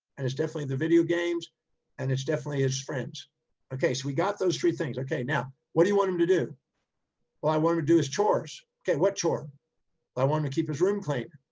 and it's definitely the video games and it's definitely his friends okay. so we got those three things. okay. now, what do you want him to do well, i want him to do his chores okay. what chore i want him to keep his room clean.